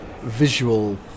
visual